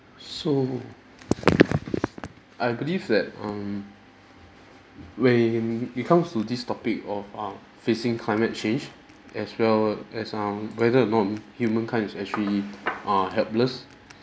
so I believe that um when it comes to this topic of uh facing climate change as well as um whether or not humankind is actually uh helpless